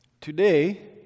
Today